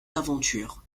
l’aventure